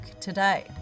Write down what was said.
today